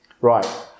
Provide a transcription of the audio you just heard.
Right